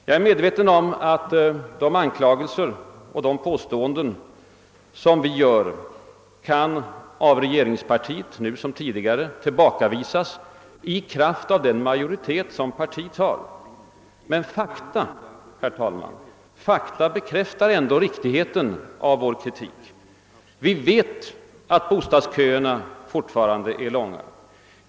Jag är medveten om att de anklagelser och påståenden som vi gör nu som tidigare kan tillbakavisas av regeringspartiet i kraft av den majoritet som partiet har. Men fakta, herr talman, bekräftar ändå riktigheten av vår kritik. Vi vet att bostadsköerna fortfarande är långa.